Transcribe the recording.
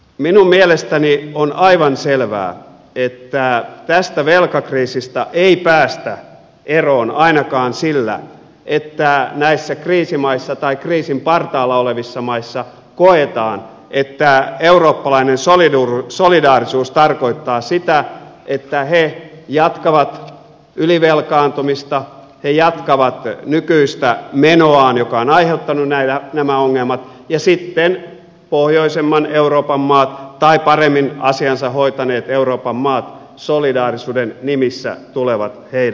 minun mielestäni on aivan selvää että tästä velkakriisistä ei päästä eroon ainakaan sillä että näissä kriisimaissa tai kriisin partaalla olevissa maissa koetaan että eurooppalainen solidaarisuus tarkoittaa sitä että he jatkavat ylivelkaantumista he jatkavat nykyistä menoaan joka on aiheuttanut nämä ongelmat ja sitten pohjoisemman euroopan maat tai paremmin asiansa hoitaneet euroopan maat solidaarisuuden nimissä tulevat heidän avukseen